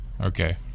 okay